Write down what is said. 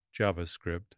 JavaScript